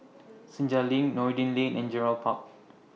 Senja LINK Noordin Lane and Gerald Park